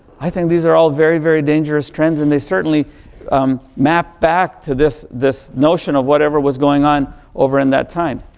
i think these are all very, very dangerous trends and they certainly map back to this this notion of whatever was going on over in that time.